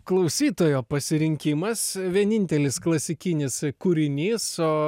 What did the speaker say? klausytojo pasirinkimas vienintelis klasikinis kūrinys o